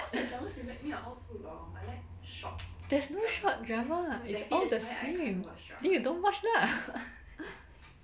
there's no short dramas it's all the same then you don't watch lah